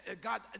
God